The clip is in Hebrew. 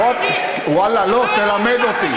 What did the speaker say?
בוא, ואללה, לא, תלמד אותי.